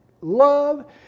love